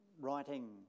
writing